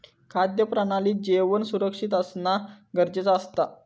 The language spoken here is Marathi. खाद्य प्रणालीत जेवण सुरक्षित असना गरजेचा असता